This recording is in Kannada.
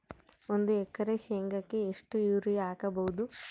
ಒಂದು ಎಕರೆ ಶೆಂಗಕ್ಕೆ ಎಷ್ಟು ಯೂರಿಯಾ ಬೇಕಾಗಬಹುದು?